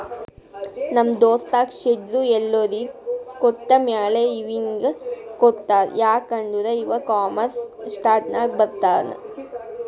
ನಮ್ ದೋಸ್ತಗ್ ಶೇರ್ದು ಎಲ್ಲೊರಿಗ್ ಕೊಟ್ಟಮ್ಯಾಲ ಇವ್ನಿಗ್ ಕೊಟ್ಟಾರ್ ಯಾಕ್ ಅಂದುರ್ ಇವಾ ಕಾಮನ್ ಸ್ಟಾಕ್ನಾಗ್ ಬರ್ತಾನ್